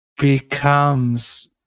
becomes